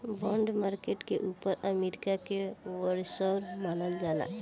bond market के ऊपर America के वर्चस्व मानल जाला